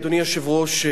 אדוני היושב-ראש,